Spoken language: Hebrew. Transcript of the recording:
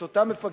את אותם מפקדים,